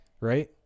right